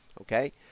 Okay